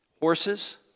Horses